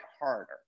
harder